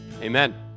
Amen